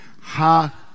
ha